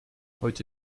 heute